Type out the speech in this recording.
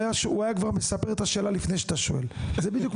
הוא היה כבר שואל את השאלה לפני שאתה שואל תמשיך.